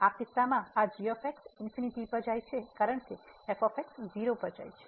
તેથી આ કિસ્સામાં આ g ∞ પર જાય છે કારણ કે f 0 પર જાય છે